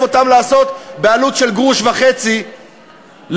אותם לעשות בעלות של גרוש וחצי לאריזה.